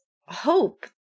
hope